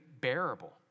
bearable